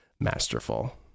masterful